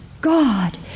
God